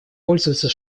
пользуется